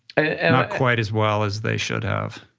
and not quite as well as they should have.